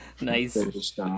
Nice